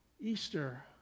Easter